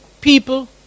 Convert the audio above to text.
people